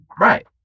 Right